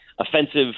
offensive